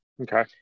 Okay